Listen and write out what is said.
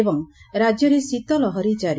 ଏବଂ ରାଜ୍ୟରେ ଶୀତ ଲହରୀ ଜାରି